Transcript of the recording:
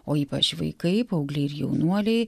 o ypač vaikai paaugliai ir jaunuoliai